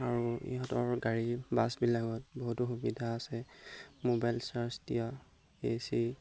আৰু ইহঁতৰ গাড়ীৰ বাছবিলাকত বহুতো সুবিধা আছে মোবাইল চাৰ্জ দিয়া এ চি